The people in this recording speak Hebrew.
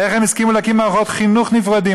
איך הם הסכימו להקים מערכות חינוך נפרדות,